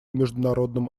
международным